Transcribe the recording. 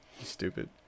Stupid